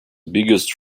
biggest